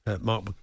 Mark